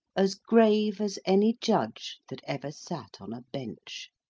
as grave as any judge that ever sat on a bench.